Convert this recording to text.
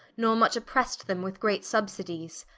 nor much opprest them with great subsidies,